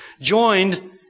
joined